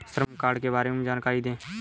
श्रम कार्ड के बारे में जानकारी दें?